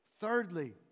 Thirdly